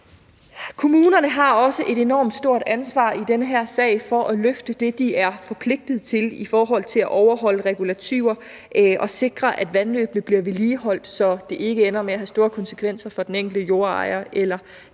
Kommunerne har også et enormt stort ansvar i den her sag for at løfte det, de er forpligtet til i forhold til at overholde regulativer og sikre, at vandløbene bliver vedligeholdt, så det ikke ender med at have store konsekvenser for den enkelte jordejer eller